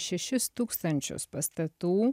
šešis tūkstančius pastatų